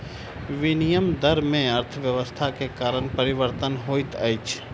विनिमय दर में अर्थव्यवस्था के कारण परिवर्तन होइत अछि